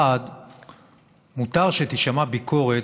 מותר שתישמע ביקורת,